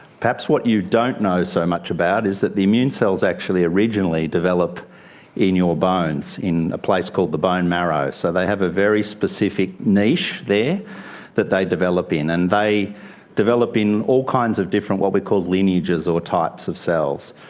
perhaps what you don't know so much about is that the immune cells actually originally develop in your bones, in a place called the bone marrow, so they have a very specific niche there that they develop in. and they develop in all kinds of different what we call lineages or types of cells.